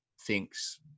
thinks